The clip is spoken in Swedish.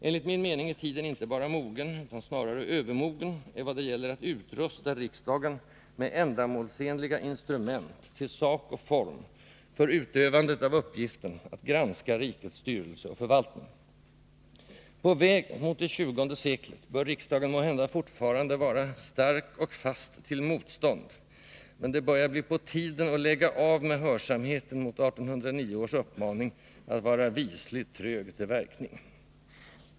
Enligt min mening är tiden inte bara mogen, utan snarare övermogen, i vad det gäller att utrusta riksdagen med ändamålsenliga instrument, till sak och form, för utövandet av uppgiften att granska rikets styrelse och förvaltning. På väg mot det tjugonde seklet bör riksdagen måhända fortfarande vara ”fast och stark till motstånd”, men det börjar bli på tiden att lägga av med hörsamheten mot 1809 års uppmaning att också ”vara visligt trög till verkning”.